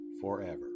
forever